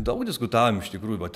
daug diskutavom iš tikrųjų vat